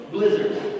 Blizzards